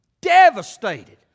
Devastated